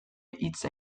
hitz